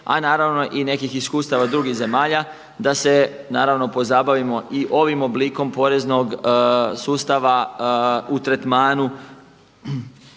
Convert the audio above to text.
a naravno i nekih iskustava drugih zemalja da se naravno pozabavimo i ovim oblikom poreznog sustava u tretmanu